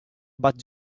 but